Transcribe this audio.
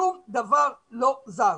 שום דבר לא זז,